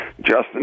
Justin